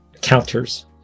counters